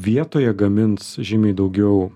vietoje gamins žymiai daugiau